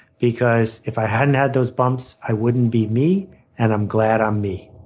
because if i hadn't had those bumps, i wouldn't be me and i'm glad i'm me.